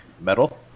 metal